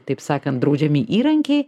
taip sakant draudžiami įrankiai